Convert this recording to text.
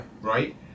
Right